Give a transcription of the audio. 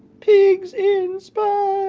pigs in space!